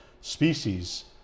species